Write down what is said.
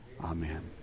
amen